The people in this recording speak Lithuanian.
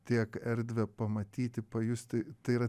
tiek erdvę pamatyti pajusti tai yra